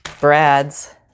brads